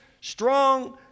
strong